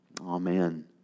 Amen